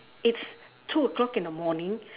it's two o-clock in the morning